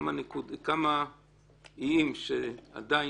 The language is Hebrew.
כמה איים שעדין